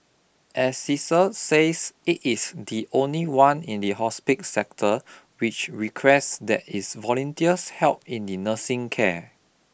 Assisi says it is the only one in the hospik sector which requests that its volunteers help in nursing care